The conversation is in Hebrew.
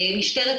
משטרת ישראל,